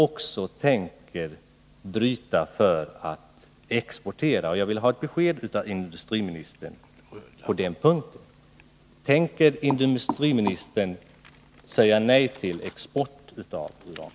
Eller tänker man bryta för export? På den punkten vill jag ha ett besked av industriministern. Tänker industriministern säga nej till export av uran?